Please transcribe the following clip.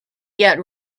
yet